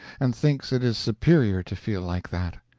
and thinks it is superior to feel like that.